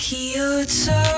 Kyoto